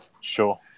Sure